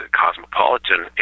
cosmopolitan